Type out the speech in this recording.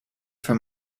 for